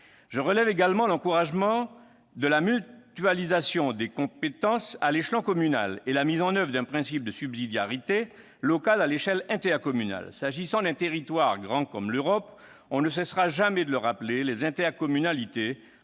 Je relève également l'encouragement à la mutualisation des compétences à l'échelon communal et la mise en oeuvre d'un principe de subsidiarité local, à l'échelle intercommunale. S'agissant d'un territoire grand comme l'Europe- on ne cessera jamais de le rappeler -, les intercommunalités